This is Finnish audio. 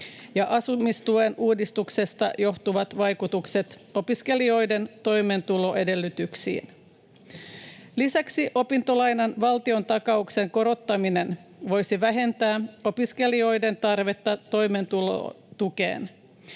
ja asumistuen uudistuksesta johtuvat vaikutukset opiskelijoiden toimeentuloedellytyksiin. Lisäksi opintolainan valtiontakauksen korottaminen voisi vähentää opiskelijoiden tarvetta toimeentulotukeen.